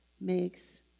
makes